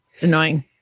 annoying